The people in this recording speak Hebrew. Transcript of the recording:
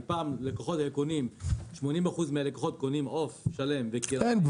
אם פעם 80% מהלקוחות היו קונים עוף שלם וכרעיים,